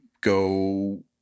go